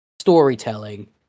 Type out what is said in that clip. storytelling